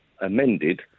amended